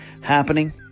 happening